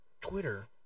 Twitter